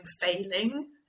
failing